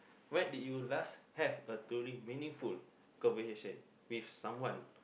when did you last have a truly meaningful conversation with someone